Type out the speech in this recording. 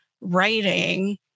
writing